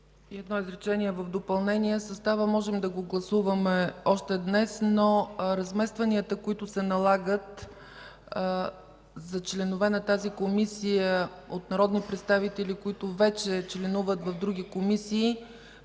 едно изречение в допълнение. Състава можем да гласуваме още днес, но разместванията, които се налагат за членове на Комисията от народни представители, които вече членуват в други комисии,